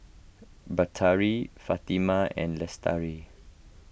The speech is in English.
Batari Fatimah and Lestari